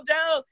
Joe